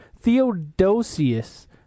Theodosius